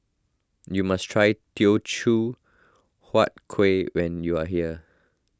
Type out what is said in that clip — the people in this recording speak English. you must try Teochew Huat Kueh when you are here